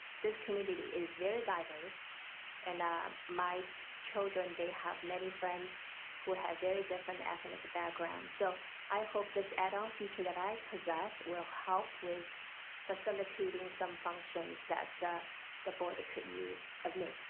this community is very diverse and my children, they have many friends who have very different ethnic backgrounds. so i hope this add-on feature that i possess will help with facilitating some functions that the board could use of me.